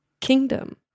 kingdom